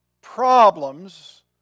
problems